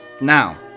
Now